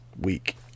week